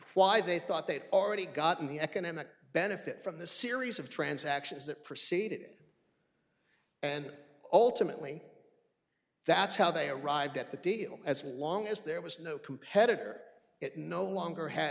why they thought they'd already gotten the economic benefit from the series of transactions that preceded it and ultimately that's how they arrived at the deal as long as there was no competitor it no longer had